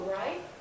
right